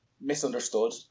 misunderstood